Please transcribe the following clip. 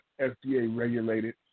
FDA-regulated